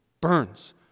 burns